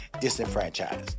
disenfranchised